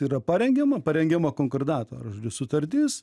yra parengiama parengiama konkordato žodžiu sutartis